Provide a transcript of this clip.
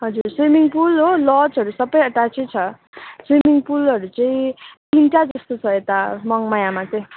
हजुर swimming pool हो लजहरू सबै अट्याचै छ स्विमिङ पुलहरू चाहिँ तिनटा जस्तो छ यता मङमायामा चाहिँ